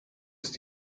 ist